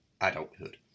adulthood